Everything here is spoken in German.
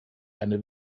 eine